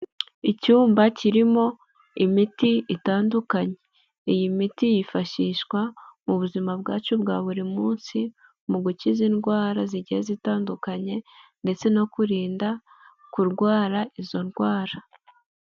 Icyumba kirimo imiti itandukanye, iyi miti yifashishwa mu buzima bwacu bwa buri munsi mu gukiza indwara zigiye zitandukanye ndetse no kwirinda kurwara izo ndwara.